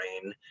brain